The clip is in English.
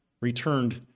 returned